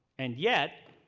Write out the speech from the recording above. and yet,